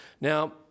Now